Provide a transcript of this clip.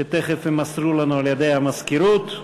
שתכף יימסרו לנו על-ידי המזכירות.